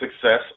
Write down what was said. success